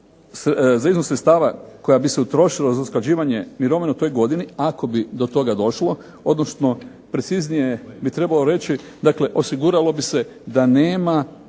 za iznos sredstava koja bi se utrošila za usklađivanje mirovina u toj godini, ako bi do toga došlo, odnosno preciznije bi trebao reći, dakle osiguralo bi se da nema